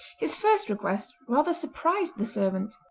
his first request rather surprised the servant.